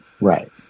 Right